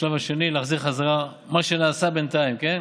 בשלב השני נחזיר בחזרה את מה שנעשה בינתיים, כן?